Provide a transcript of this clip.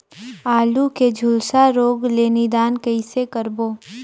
आलू के झुलसा रोग ले निदान कइसे करबो?